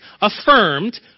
affirmed